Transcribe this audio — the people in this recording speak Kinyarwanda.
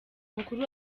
mukuru